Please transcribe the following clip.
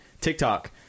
TikTok